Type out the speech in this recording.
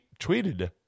tweeted